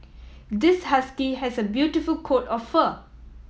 this husky has a beautiful coat of fur